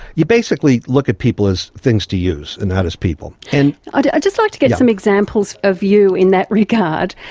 you basically look at people as things to use and not as people. and i'd i'd just like to get some examples of you in that regard.